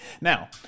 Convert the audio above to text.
now